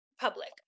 public